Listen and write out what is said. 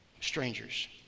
strangers